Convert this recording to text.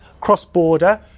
cross-border